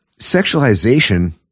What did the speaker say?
sexualization